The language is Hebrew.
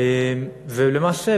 ולמעשה,